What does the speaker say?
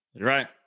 Right